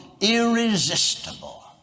irresistible